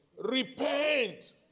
Repent